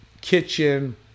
kitchen